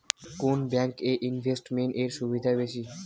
কোন ব্যাংক এ ইনভেস্টমেন্ট এর সুবিধা বেশি?